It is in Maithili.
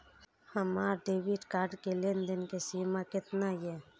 हमार डेबिट कार्ड के लेन देन के सीमा केतना ये?